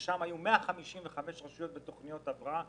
אז היו 155 רשויות בתכניות הבראה.